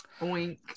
Boink